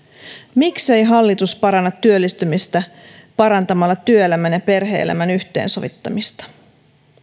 miksei hallitus paranna työllistymistä parantamalla työelämän ja perhe elämän yhteensovittamista